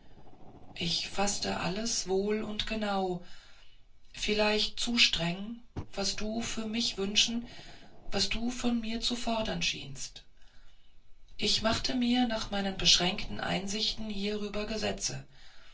ich faßte alles wohl und genau vielleicht zu streng was du für mich zu wünschen was du von mir zu fordern schienst ich machte mir nach meinen beschränkten einsichten hierüber